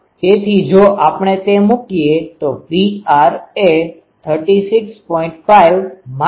તેથી જો આપણે તે મૂકીએ તો Pr એ 36